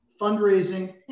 fundraising